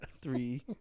Three